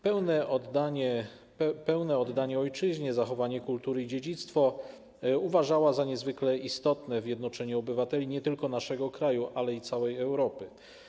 Pełne oddanie ojczyźnie, zachowanie kultury i dziedzictwa uważała za niezwykle istotne w jednoczeniu obywateli nie tylko naszego kraju, ale i całej Europy.